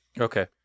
okay